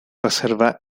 reserva